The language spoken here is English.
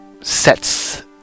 sets